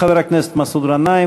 חבר הכנסת מסעוד גנאים,